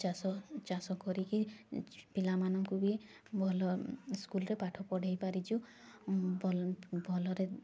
ଚାଷ ଚାଷ କରିକି ପିଲାମାନଙ୍କୁ ବି ଭଲ ସ୍କୁଲ୍ରେ ପାଠ ପଢ଼ାଇ ପାରିଛୁ ଭଲରେ